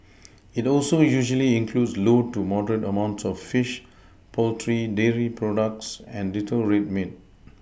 it also usually includes low to moderate amounts of fish poultry dairy products and little red meat